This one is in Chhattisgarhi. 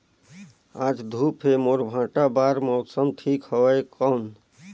आज धूप हे मोर भांटा बार मौसम ठीक हवय कौन?